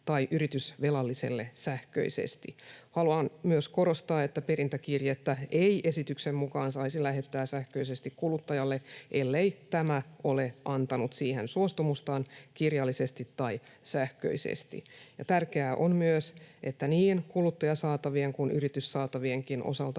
tai yritysvelalliselle sähköisesti. Haluan myös korostaa, että perintäkirjettä ei esityksen mukaan saisi lähettää sähköisesti kuluttajalle, ellei tämä ole antanut siihen suostumustaan kirjallisesti tai sähköisesti. Tärkeää on myös, että niin kuluttajasaatavien kuin yrityssaatavienkin osalta